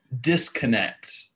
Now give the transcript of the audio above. disconnect